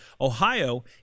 Ohio